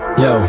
yo